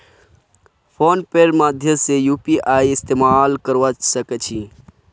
phone पेर माध्यम से यूपीआईर इस्तेमाल करवा सक छी